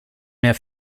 mehr